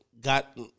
got